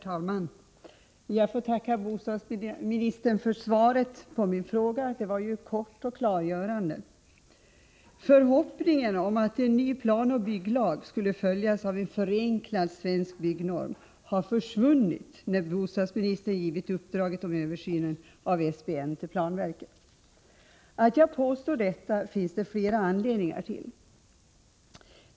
Herr talman! Jag får tacka bostadsministern för svaret på min fråga — det var kort och klargörande. Förhoppningen om att en ny planoch bygglag skulle följas av en förenklad svensk byggnorm har försvunnit sedan bostadsministern givit uppdraget om översynen av SBN till planverket. Det finns flera anledningar till att jag påstår detta.